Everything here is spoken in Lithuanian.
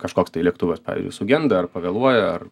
kažkoks tai lėktuvas pavyzdžiui sugenda ar pavėluoja ar